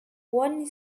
one